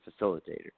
facilitator